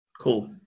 Cool